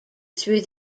through